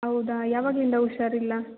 ಹೌದಾ ಯಾವಾಗಿಂದ ಹುಷಾರಿಲ್ಲ